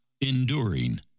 enduring